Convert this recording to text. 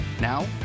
Now